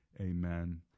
Amen